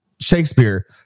Shakespeare